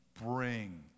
bring